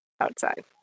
Outside